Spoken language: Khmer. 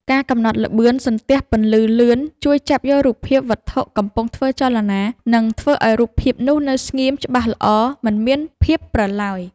ការកំណត់ល្បឿនសន្ទះពន្លឺលឿនជួយចាប់យករូបភាពវត្ថុកំពុងធ្វើចលនា និង ធ្វើឱ្យរូបភាពនោះនៅស្ងៀមច្បាស់ល្អមិនមានភាពព្រិលឡើយ។